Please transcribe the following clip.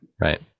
Right